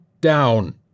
down